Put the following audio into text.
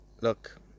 Look